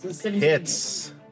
Hits